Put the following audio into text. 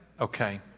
Okay